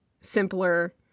simpler